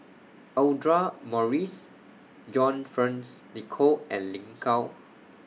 Audra Morrice John Fearns Nicoll and Lin Gao